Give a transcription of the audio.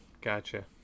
Gotcha